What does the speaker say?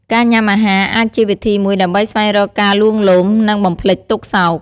ការញ៉ាំអាហារអាចជាវិធីមួយដើម្បីស្វែងរកការលួងលោម និងបំភ្លេចទុក្ខសោក។